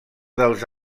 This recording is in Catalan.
dels